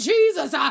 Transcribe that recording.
Jesus